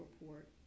report